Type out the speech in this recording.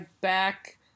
back